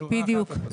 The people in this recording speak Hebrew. כדאי לנסח את זה.